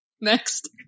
Next